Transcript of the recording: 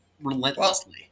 relentlessly